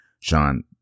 Sean